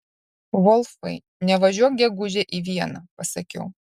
volfai nevažiuok gegužę į vieną pasakiau